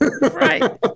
right